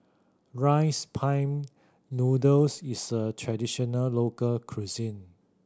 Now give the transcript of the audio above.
Rice Pin Noodles is a traditional local cuisine